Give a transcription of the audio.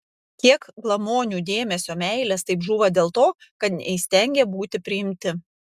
kiek glamonių dėmesio meilės taip žūva dėl to kad neįstengė būti priimti